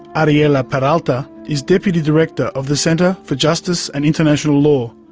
ariela peralta is deputy director of the center for justice and international law,